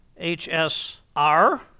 HSR